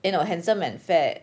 eh no handsome and fat